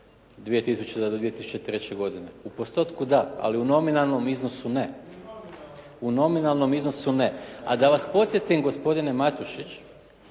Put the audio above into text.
2000. do 2003. godine, u postotku da, ali u nominalnom iznosu ne, u nominalnom iznosu ne. A da vas podsjetim gospodine Matušić,